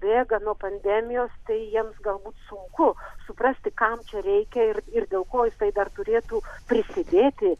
bėga nuo pandemijos tai jiems galbūt sunku suprasti kam reikia ir dėl ko jisai dar turėtų prisidėti